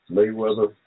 Mayweather